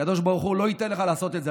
הקדוש ברוך הוא לא ייתן לך לעשות את זה.